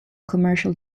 commercial